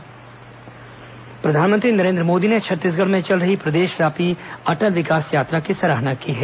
प्रधानमंत्री बधाई प्रधानमंत्री नरेन्द्र मोदी ने छत्तीसगढ़ में चल रही प्रदेशव्यापी अटल विकास यात्रा की सराहना की है